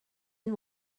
and